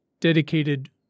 dedicated